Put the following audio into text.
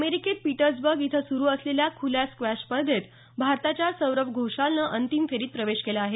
अमेरीकेत Petersburg इथं सुरु असलेल्या खुल्या स्क्वेश स्पर्धेत भारताच्या सौरव घोषालनं अंतिम फेरीत प्रवेश केला आहे